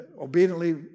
obediently